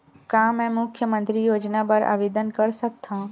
का मैं मुख्यमंतरी योजना बर आवेदन कर सकथव?